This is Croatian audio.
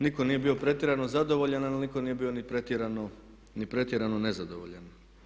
Nitko nije bio pretjerano zadovoljan, ali nitko nije bio ni pretjerano nezadovoljan.